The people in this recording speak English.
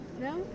no